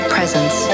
presence